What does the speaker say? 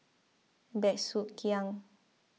Bey Soo Khiang